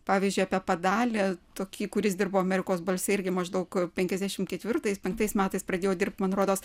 pavyzdžiui apie padalį tokį kuris dirbo amerikos balse irgi maždaug penkiasdešimt ketvirtais penktais metais pradėjo dirbt man rodos